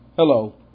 Hello